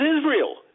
Israel